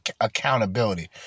accountability